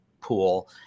pool